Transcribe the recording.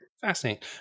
Fascinating